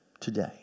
today